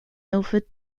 milford